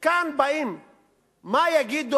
מה יגידו